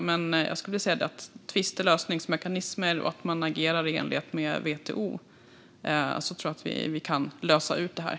Med hjälp av tvistlösningsmekanismer och ett agerande i enlighet med WTO kan vi lösa dessa frågor.